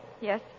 Yes